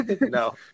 No